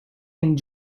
and